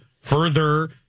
further